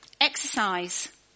Exercise